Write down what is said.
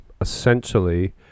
essentially